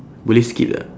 boleh skip tak